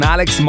Alex